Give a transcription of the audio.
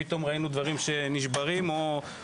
פתאום ראינו דברים שנשברים ונעלמים.